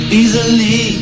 easily